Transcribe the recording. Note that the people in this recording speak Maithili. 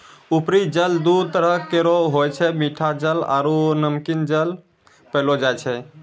उपरी जल दू तरह केरो होय छै मीठा जल आरु नमकीन जल पैलो जाय छै